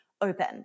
open